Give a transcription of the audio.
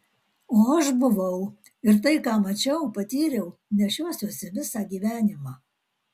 o aš buvau ir tai ką mačiau patyriau nešiosiuosi visą gyvenimą